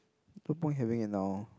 no point having it now